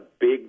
big